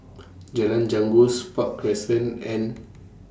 Jalan Janggus Park Crescent and